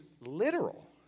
literal